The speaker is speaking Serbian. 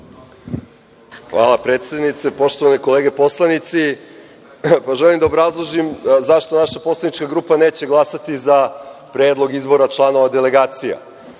Hvala predsednice. Poštovane kolege poslanici, želim da obrazložim zašto naša poslanička grupa neće glasati za predlog izbora članova delegacija. Naš